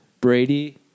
Brady